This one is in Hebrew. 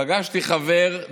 פגשתי חבר,